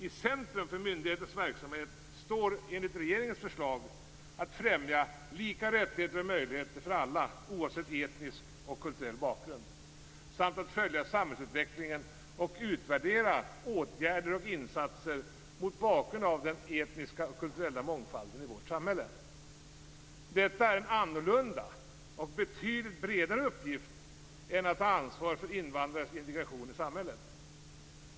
I centrum för myndighetens verksamhet står enligt regeringens förslag att främja lika rättigheter och möjligheter för alla, oavsett etnisk och kulturell bakgrund, samt att följa samhällsutvecklingen och utvärdera åtgärder och insatser mot bakgrund av den etniska och kulturella mångfalden i vårt samhälle. Detta är en annorlunda och betydligt bredare uppgift än att ta ansvar för invandrares integration i samhället.